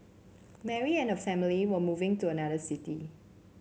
Mary and her family were moving to another city